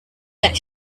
that